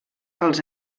els